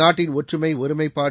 நாட்டின் ஒற்றுமை ஒருமைப்பாடு